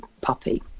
puppy